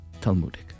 Talmudic